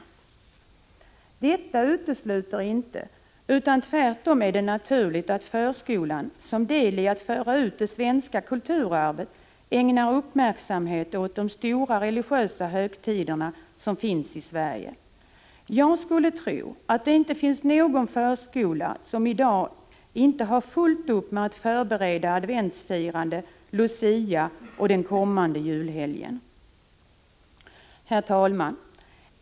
Detta utesluter inte — det är tvärtom naturligt — att förskolan som del i att föra ut det svenska kulturarvet ägnar uppmärksamhet åt de stora religiösa högtiderna som finns i Sverige. Jag skulle tro att det inte finns någon förskola som i dag inte har fullt upp med att förbereda adventsfirandet, Lucia och den kommande julhelgen. Herr talman!